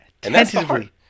tentatively